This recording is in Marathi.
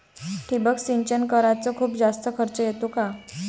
ठिबक सिंचन कराच खूप जास्त खर्च येतो का?